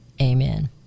Amen